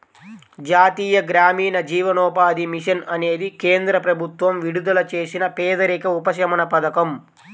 జాతీయ గ్రామీణ జీవనోపాధి మిషన్ అనేది కేంద్ర ప్రభుత్వం విడుదల చేసిన పేదరిక ఉపశమన పథకం